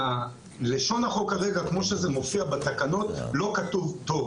לשון החוק כמו שהוא מופיע בתקנות לא כתוב טוב.